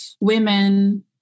women